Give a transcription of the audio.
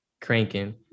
cranking